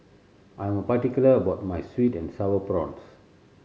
I am particular about my sweet and Sour Prawns